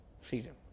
freedom